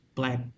Black